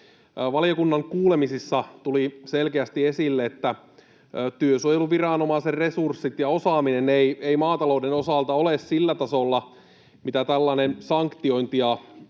Valiokunnan kuulemisissa tuli selkeästi esille, että työsuojeluviranomaisen resurssit ja osaaminen eivät maatalouden osalta ole sillä tasolla, mitä tällainen sanktiointia